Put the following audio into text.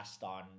on